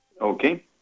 Okay